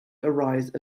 arise